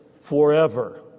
Forever